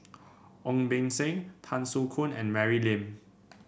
Ong Beng Seng Tan Soo Khoon and Mary Lim